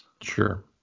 Sure